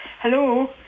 Hello